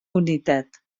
unitat